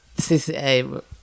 CCA